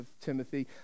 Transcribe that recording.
Timothy